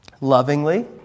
lovingly